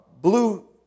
blue